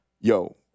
Yo